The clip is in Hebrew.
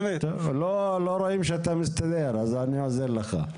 לא רואים שאתה מסתדר ולכן אני עוזר לך.